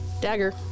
dagger